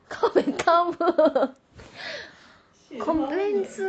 kao pei kao bu complain 是